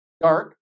dark